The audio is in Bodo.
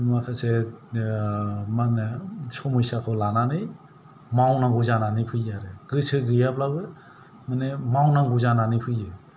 माखासे आह मा होनो समयसाखौ लानानै मावनांगौ जानानै फैयो आरो गोसो गैयाब्लाबो माने मावनांगौ जानानै फैयो